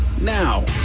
Now